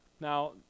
Now